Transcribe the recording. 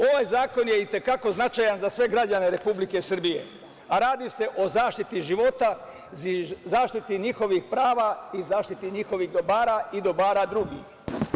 Ovaj zakon je i te kako značaj za sve građane Republike Srbije, a radi se o zaštiti života, zaštiti njihovih prava i zaštiti njihovih dobara i dobara drugih.